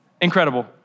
Incredible